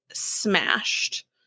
smashed